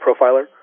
Profiler